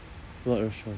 what restaurant